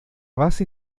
base